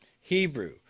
Hebrew